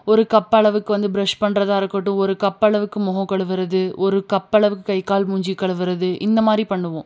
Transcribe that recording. ஒரு கப் அளவுக்கு வந்து ப்ரெஷ் பண்ணுறதா இருக்கட்டும் ஒரு கப் அளவுக்கு முகம் கழுவுறது ஒரு கப் அளவுக்கு கைக்கால் மூஞ்சி கழுவுறது இந்தமாதிரி பண்ணுவோம்